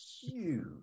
huge